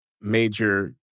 major